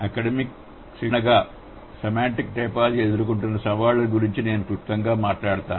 academic క్రమశిక్షణగా semantic typology ఎదుర్కొంటున్న సవాళ్ల గురించి నేను క్లుప్తంగా మాట్లాడతాను